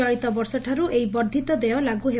ଚଳିତ ବର୍ଷଠାରୁ ଏହି ବର୍ବ୍ଧିତ ଦେୟ ଲାଗୁ ହେବ